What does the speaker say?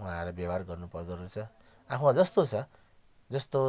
उहाँहरू व्यवहार गर्नुपर्दो रहेछ आफूमा जस्तो छ जस्तो